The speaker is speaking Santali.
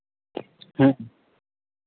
ᱦᱮᱸ